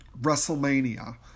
WrestleMania